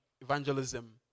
evangelism